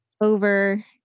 over